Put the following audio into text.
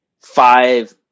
five